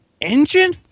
engine